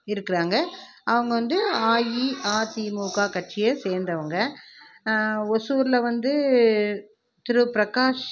இருக்கிறாங்க அவங்க வந்து அஇஅதிமுக கட்சிய சேர்ந்தவுங்க ஒசூரில் வந்து திரு பிரகாஷ்